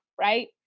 right